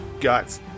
guts